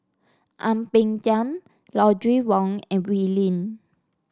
Ang Peng Tiam Audrey Wong and Wee Lin